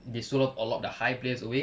they sold off a lot the high players away